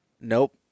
Nope